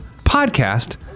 podcast